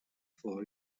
for